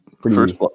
First